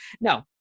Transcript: no